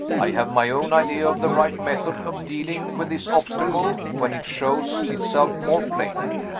i have my own idea of the right method of dealing with this obstacle when it shows itself more plainly.